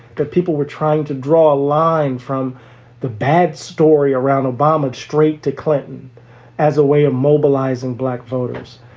that people were trying to draw a line from the bad story around obama straight to clinton as a way of mobilizing black voters.